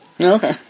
Okay